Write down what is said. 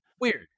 Weird